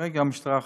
כרגע המשטרה חוקרת,